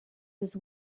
his